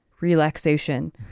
relaxation